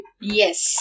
Yes